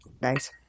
Nice